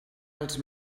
els